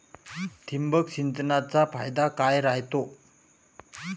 ठिबक सिंचनचा फायदा काय राह्यतो?